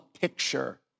picture